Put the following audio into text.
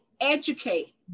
educate